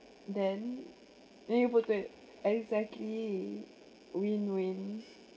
then then you put tw~ exactly win win